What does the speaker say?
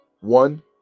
one